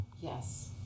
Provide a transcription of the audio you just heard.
Yes